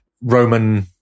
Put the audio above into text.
Roman